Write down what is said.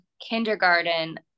kindergarten